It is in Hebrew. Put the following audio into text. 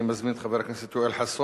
אני מזמין את חבר הכנסת יואל חסון,